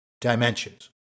dimensions